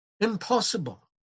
impossible